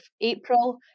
April